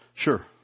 Sure